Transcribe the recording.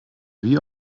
wie